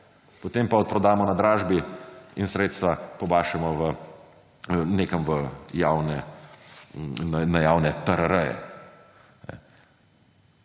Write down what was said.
potem pa odprodamo na dražbi in sredstva pobašemo v, nekam na javne TRR-je.